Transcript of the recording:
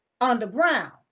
underground